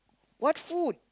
what food